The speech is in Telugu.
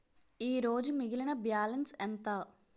ఈరోజు మిగిలిన బ్యాలెన్స్ ఎంత?